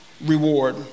reward